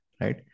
right